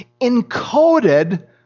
encoded